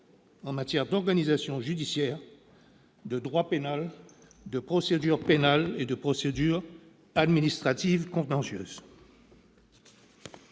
en matière d'organisation judiciaire, de droit pénal, de procédure pénale et de procédure administrative contentieuse.